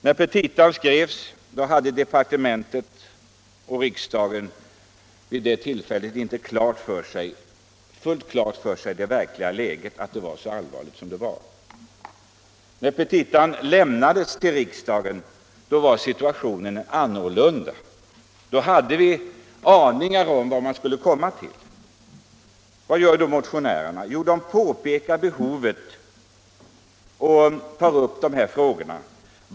När petita skrevs hade departementet och riksdagen inte fullt klart för sig att läget var så allvarligt som det var. Men när petita lämnades till riksdagen var situationen annorlunda — då hade vi aningar om vad man skulle komma till. Vad gör då vi motionärer? Jo, vi pekar på behovet och tar upp de här frågorna.